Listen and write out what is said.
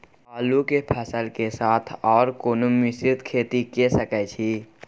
आलू के फसल के साथ आर कोनो मिश्रित खेती के सकैछि?